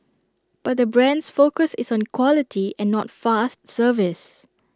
but the brand's focus is on quality and not fast service